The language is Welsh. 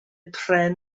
pren